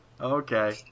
Okay